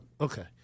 Okay